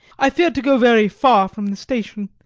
i feared to go very far from the station,